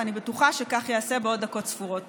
ואני בטוחה שכך ייעשה בעוד דקות ספורות.